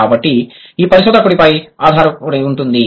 కాబట్టి ఇది పరిశోధకుడిపై ఆధారపడి ఉంటుంది